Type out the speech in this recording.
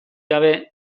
gabe